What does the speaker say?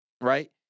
right